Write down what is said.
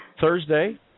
Thursday